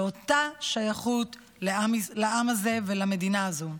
באותה שייכות לעם הזה ולמדינה הזאת.